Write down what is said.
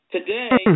Today